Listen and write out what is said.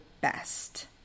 best